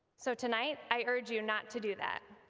so tonight, i urge you not to do that.